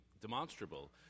demonstrable